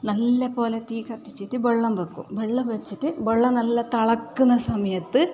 നല്ല പോലെ തീ കത്തിച്ചിട്ട് വെള്ളം വെക്കും വെള്ളം വെച്ചിട്ട് വെള്ളം നല്ല തിളയ്ക്കുന്ന സമയത്ത്